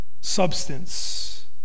substance